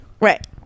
right